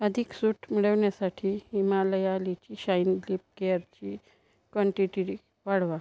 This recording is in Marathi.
अधिक सूट मिळवण्यासाठी हिमालया लिची शाइन लिप केअरची क्वांटीटी वाढवा